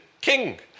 king